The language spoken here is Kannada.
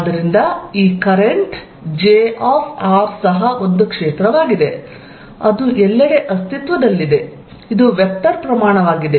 ಆದ್ದರಿಂದ ಈ ಕರೆಂಟ್ J ಸಹ ಒಂದು ಕ್ಷೇತ್ರವಾಗಿದೆ ಅದು ಎಲ್ಲೆಡೆ ಅಸ್ತಿತ್ವದಲ್ಲಿದೆ ಇದು ವೆಕ್ಟರ್ ಪ್ರಮಾಣವಾಗಿದೆ